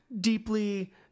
deeply